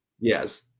yes